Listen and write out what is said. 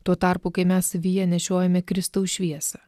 tuo tarpu kai mes savyje nešiojame kristaus šviesą